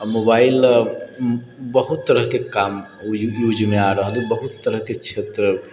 आओर मोबाइल बहुत तरहके काम यूजमे आ रहल हइ बहुत तरहके क्षेत्र